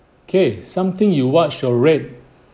kay something you watched or rate